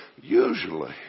usually